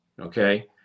okay